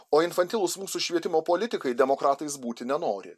o infantilūs mūsų švietimo politikai demokratais būti nenori